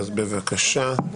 בבקשה.